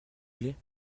plait